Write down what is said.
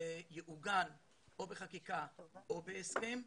זה יעוגן או בחקיקה, או בהסכם.